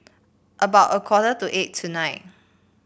about a quarter to eight tonight